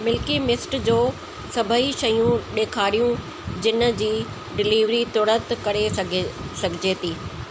milky Mist जो सभई शयूं ॾेखारियूं जिन जी डिलीवरी तुर्त करे सघे सघिजे थी